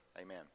amen